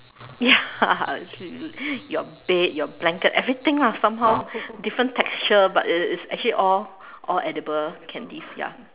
ya your bed your blanket everything ah somehow different texture but it it's actually all all edible candies ya